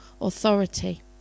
authority